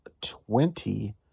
twenty